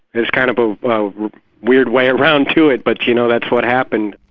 it's kind of a weird way around to it, but know, that's what happened.